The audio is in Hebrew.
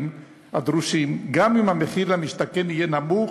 הדרושים גם אם המחיר למשתכן יהיה נמוך,